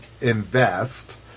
invest